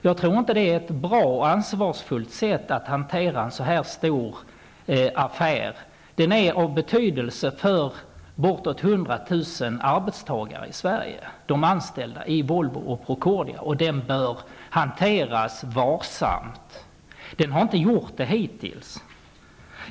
Jag tror inte att det är vare sig bra eller ansvarsfullt att hantera en så här stor affär på det sättet. Den här affären får ju betydelse för bortemot 100 000 arbetstagare i Sverige. Det gäller då de anställda i Volvo och Procordia. Man bör således hantera affären varsamt. Men det har man hittills inte gjort.